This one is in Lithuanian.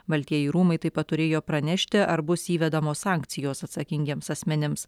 baltieji rūmai taip pat turėjo pranešti ar bus įvedamos sankcijos atsakingiems asmenims